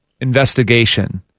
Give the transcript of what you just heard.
investigation